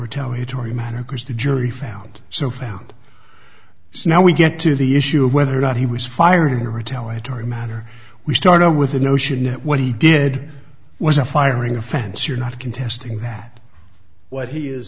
retaliatory matter because the jury found so found so now we get to the issue of whether or not he was fired her tell it or matter we start out with the notion that what he did was a firing offense or not contesting that what he is